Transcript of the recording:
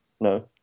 No